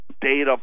data